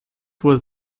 was